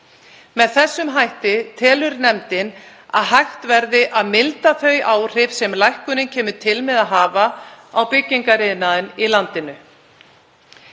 Með þessum hætti telur nefndin að hægt verði að milda þau áhrif sem lækkunin kemur til með að hafa á byggingariðnaðinn í landinu.